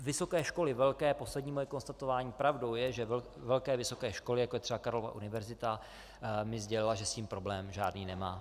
Vysoké školy velké, poslední moje konstatování, pravdou je, že velké vysoké školy, jako je třeba Karlova univerzita, mi sdělila, že s tím žádný problém nemá.